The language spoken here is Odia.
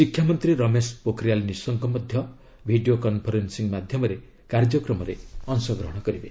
ଶିକ୍ଷାମନ୍ତ୍ରୀ ରମେଶ ପୋଖରିଆଲ ନିଶଙ୍କ ମଧ୍ୟ ଭିଡ଼ିଓ କନ୍ଫରେନ୍ସିଂ ମାଧ୍ୟମରେ କାର୍ଯ୍ୟକ୍ରମରେ ଅଂଶଗ୍ରହଣ କରିବେ